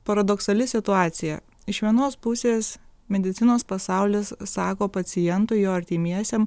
paradoksali situacija iš vienos pusės medicinos pasaulis sako pacientui jo artimiesiem